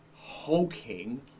hulking